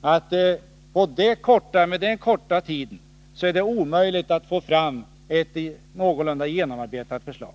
att med en så kort tid som då återstod skulle det vara omöjligt att få fram ett någorlunda genomarbetat förslag.